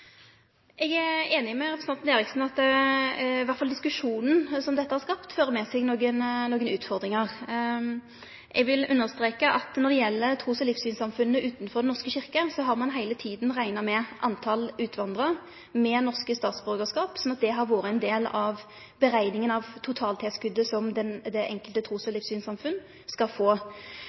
Eg er einig med representanten Eriksen i at i alle fall diskusjonen som dette har skapt, fører med seg nokre utfordringar. Eg vil understreke at når det gjeld trus- og livssynssamfunna utanfor Den norske kyrkja, har ein heile tida rekna med talet på utvandrarar med norsk statsborgarskap, sånn at det har vore ein del av berekninga av totaltilskotet som det enkelte trus- og livssynssamfunn skal få.